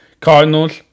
Cardinals